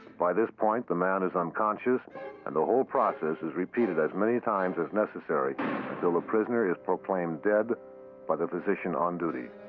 by this point, the man is unconscious and the whole process is repeated as many times as necessary until the prisoner is proclaimed dead by the physician on duty.